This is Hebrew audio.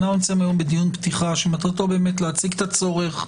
אנחנו נמצאים היום בדיון פתיחה שמטרתו להציג את הצורך,